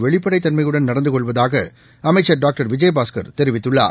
வெளிப்படைத்தன்மையுடன் நடந்து கொள்வதாக அமைச்ச் டாக்டர் விஜயபாஸ்க் தெரிவித்துள்ளார்